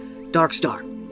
Darkstar